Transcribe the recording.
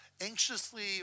anxiously